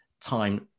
time